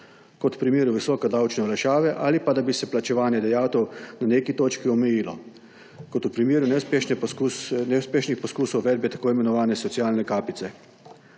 kot primer visoke davčne olajšave ali pa da bi se plačevanje dajatev na neki točki omejilo. Kot v primeru neuspešnih poskusov uvedbe tako imenovane socialne kapice.